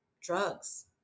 drugs